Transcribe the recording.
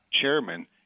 chairman